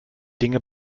dinge